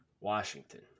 Washington